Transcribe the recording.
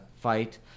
fight